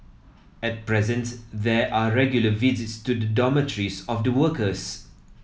at present there are regular visits to the dormitories of the workers